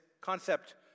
concept